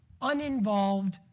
uninvolved